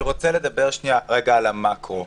אני רוצה לדבר על המקרו.